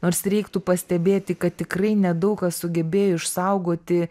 nors reiktų pastebėti kad tikrai nedaug kas sugebėjo išsaugoti